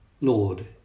Lord